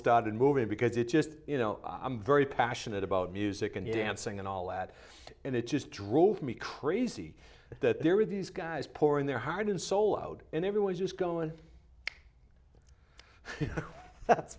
started moving because it just you know i'm very passionate about music and dancing and all that and it just drove me crazy that there were these guys pouring their heart and soul out and everyone just going